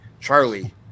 Charlie